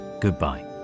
goodbye